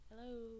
Hello